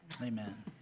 Amen